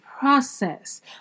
process